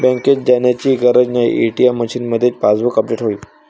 बँकेत जाण्याची गरज नाही, ए.टी.एम मशीनमध्येच पासबुक अपडेट होईल